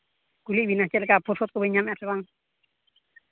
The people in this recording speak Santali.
ᱠᱩᱞᱤᱭᱮᱫ ᱵᱮᱱᱟ ᱪᱮᱫ ᱞᱮᱠᱟ ᱚᱯᱥᱚᱨ ᱠᱚᱵᱤᱱ ᱧᱟᱢᱮᱜᱼᱟ ᱥᱮ ᱵᱟᱝ